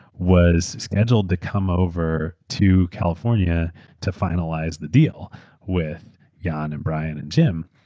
was scheduled to come over to california to finalize the deal with jan and brian and jim,